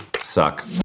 suck